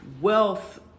wealth